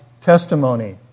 testimony